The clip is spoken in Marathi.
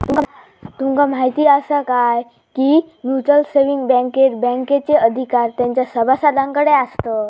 तुमका म्हायती आसा काय, की म्युच्युअल सेविंग बँकेत बँकेचे अधिकार तेंच्या सभासदांकडे आसतत